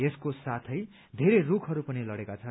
यसको साथै धेरै रूखहरू पनि लड़ेका छन्